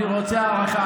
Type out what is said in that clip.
אני רוצה הארכה.